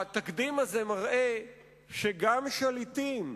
התקדים הזה מראה שגם שליטים,